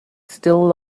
still